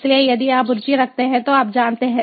इसलिए यदि आप रुचि रखते हैं तो आप जानते हैं